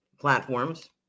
platforms